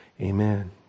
Amen